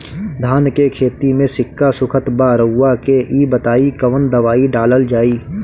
धान के खेती में सिक्का सुखत बा रउआ के ई बताईं कवन दवाइ डालल जाई?